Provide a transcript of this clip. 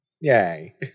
Yay